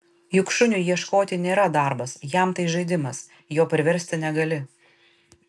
juk šuniui ieškoti nėra darbas jam tai žaidimas jo priversti negali